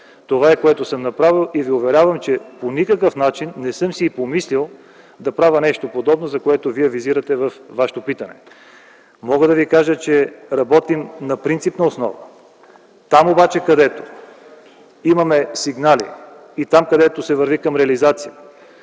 Това е, което съм направил. И Ви уверявам, че по никакъв начин не съм си и помислил да правя нещо подобно, за което Вие визирате във Вашето питане. Мога да ви кажа, че работим на принципна основа. Там обаче, където имаме сигнали и там, където се върви към реализация